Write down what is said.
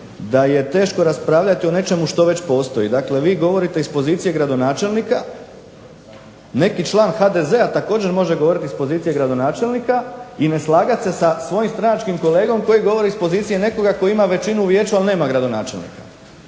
da je teško raspravljati o nečemu što već postoji. Dakle, vi govorite iz pozicije gradonačelnika. Neki član HDZ-a također može govoriti iz pozicije gradonačelnika i ne slagat se sa svojim stranačkim kolegom koji govori iz pozicije nekoga koji ima većinu u vijeću, ali nema gradonačelnika.